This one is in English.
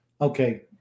Okay